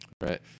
right